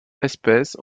espèces